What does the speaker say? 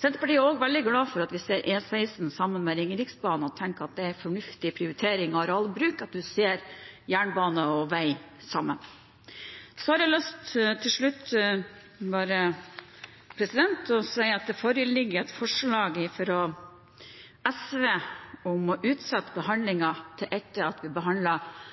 Senterpartiet er også veldig glad for at vi ser E16 sammen med Ringeriksbanen, og tenker at det er en fornuftig prioritering av arealbruk å se jernbane og vei sammen. Så har jeg til slutt lyst til å si at det foreligger et forslag fra SV om å utsette behandlingen til etter at vi